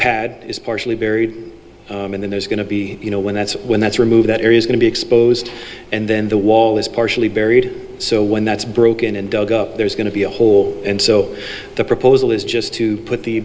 pad is partially buried and then there's going to be you know when that's when that's removed that area's going to be exposed and then the wall is partially buried so when that's broken and dug up there's going to be a hole and so the proposal is just to put the